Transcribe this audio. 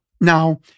Now